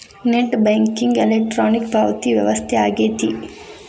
net banking electronic ಪಾವತಿ ವ್ಯವಸ್ಥೆ ಆಗೆತಿ